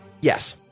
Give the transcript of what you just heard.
Yes